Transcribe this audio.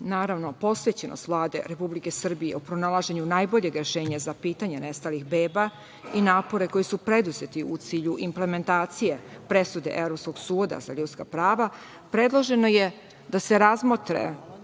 naravno posvećenost Vlade Republike Srbije o pronalaženju najboljeg rešenja za pitanja nestalih beba i napore koji su preduzeti u cilju implementacije presude Evropskog suda za ljudska prava, predloženo je da se razmotre